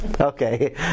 Okay